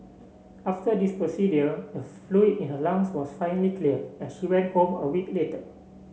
after this procedure the fluid in her lungs was finally cleared and she went home a week later